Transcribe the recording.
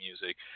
music